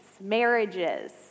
marriages